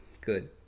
good